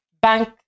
bank